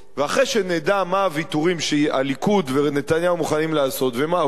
ואחרי שנדע מה הוויתורים שהליכוד ונתניהו מוכנים לעשות ומה הוא,